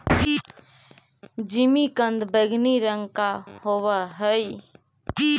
जिमीकंद बैंगनी रंग का होव हई